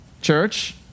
church